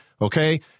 okay